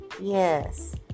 Yes